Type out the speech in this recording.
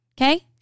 Okay